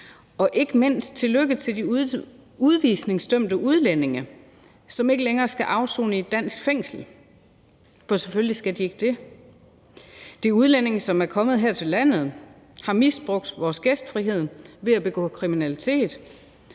og ikke mindst tillykke til de udvisningsdømte udlændinge, som ikke længere skal afsone i et dansk fængsel, for selvfølgelig skal de ikke det. Det er udlændinge, som er kommet her til landet, har misbrugt vores gæstfrihed ved at begå kriminalitet,